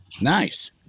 nice